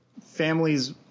families